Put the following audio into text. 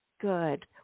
Good